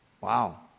Wow